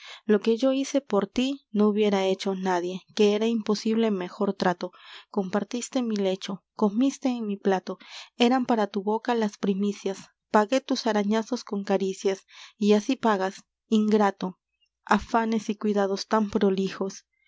lo que yo hice por t i no hubiera hecho nadie que era imposible mejor trato compartiste m i lecho comiste en m i plato eran para tu boca las primicias pagué tus arañazos con caricias y así pagas ingrato afanes y cuidados tan prolijos